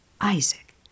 Isaac